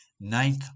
ninth